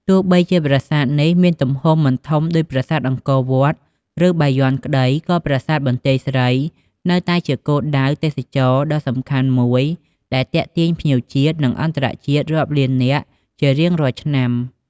ទោះបីជាប្រាសាទនេះមានទំហំមិនធំដូចប្រាសាទអង្គរវត្ត ឬបាយ័នក្ដី ក៏ប្រាសាទបន្ទាយស្រីនៅតែជាគោលដៅទេសចរណ៍ដ៏សំខាន់មួយដែលទាក់ទាញភ្ញៀវជាតិ និងអន្តរជាតិរាប់លាននាក់ជារៀងរាល់ឆ្នាំ។